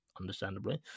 understandably